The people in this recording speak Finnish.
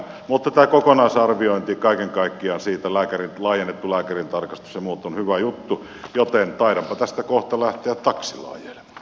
mutta tämä kokonaisarviointi kaiken kaikkiaan siitä laajennetusta lääkärintarkastuksesta ja muusta on hyvä juttu joten taidanpa tästä kohta lähteä taksilla ajelemaan